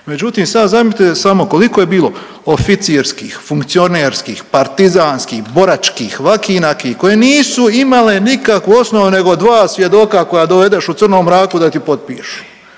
Međutim, sad zamislite samo koliko je bilo oficirskih, funkcionerskih, partizanskih, boračkih, vaki i naki koje nisu imale nikakvu osnovu nego dva svjedoka koja dovedeš u crnom mraku da ti potpišu,